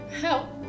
Help